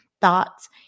thoughts